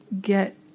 get